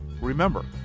Remember